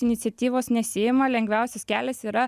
iniciatyvos nesiima lengviausias kelias yra